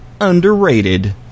underrated